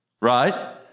right